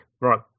right